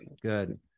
Good